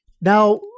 Now